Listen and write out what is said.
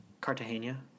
Cartagena